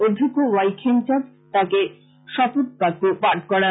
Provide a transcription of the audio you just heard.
অধ্যক্ষ ওয়াই খেমচান্দ তাঁকে শপথবাক্য পাঠ করান